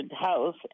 house